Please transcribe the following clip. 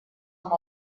amb